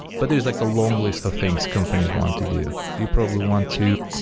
but there's like a long list of things companies want to do. you probably want to